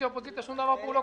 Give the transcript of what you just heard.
שלום חברים,